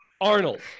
Arnold